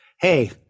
Hey